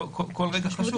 כל רגע חשוב.